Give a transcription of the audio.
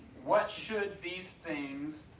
what should these things,